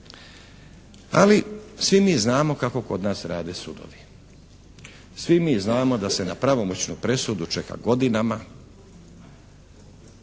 Ali svi mi znamo kako kod nas rade sudovi. Svi mi znamo da se na pravomoćnu presudu čeka godinama,